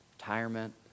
retirement